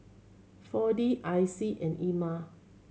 Four D I C and Ema